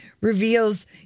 reveals